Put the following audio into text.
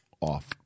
off